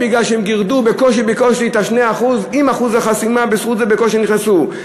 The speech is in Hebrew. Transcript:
הם גירדו בקושי בקושי את 2% החסימה ובזכות זה הם בקושי נכנסו.